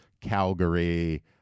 Calgary